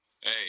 Hey